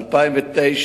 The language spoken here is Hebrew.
2009,